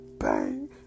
Bang